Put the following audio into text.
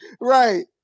right